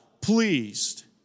pleased